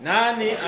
Nani